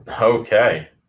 Okay